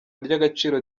ry’agaciro